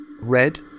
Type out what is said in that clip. red